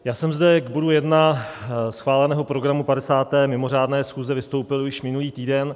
Já jsem zde k bodu 1 schváleného programu 50. mimořádné schůze vystoupil již minulý týden.